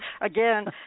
again